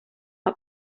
una